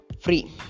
free